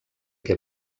què